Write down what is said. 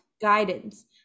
guidance